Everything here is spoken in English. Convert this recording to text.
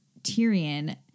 tyrion